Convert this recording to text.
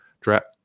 draft